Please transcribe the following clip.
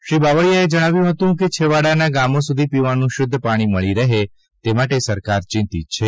શ્રી બાવળીયાએ જણાવ્યું હતું કે છેવાડાના ગામો સુધી પીવાનું શુધ્ધ પાણી મળે તે માટે સરકાર ચિંતીત છે